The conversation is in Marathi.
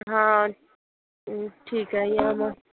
हां ठीक आहे या मग